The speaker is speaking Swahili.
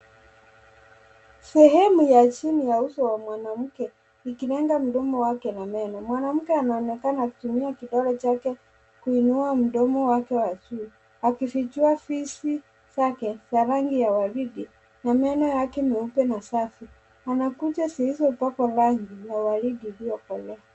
Sehemu ya chini ya uso wa mwanamke, ikilenga mdomo wake na meno, mwanamke anaonekana akitumia kidole chake kuinua mdomo wake wa juu akifichua fizi zake za rangi ya ua ridi na meno yake meupe na safi. Ana kucha zilizopakwa rangi ya ua ridi iliyokolea.